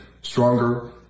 stronger